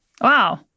Wow